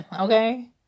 okay